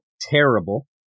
terrible